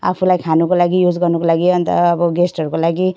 आफूलाई खानुको लागि युज गर्नुको लागि अन्त अब गेस्टहरूको लागि